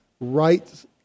Right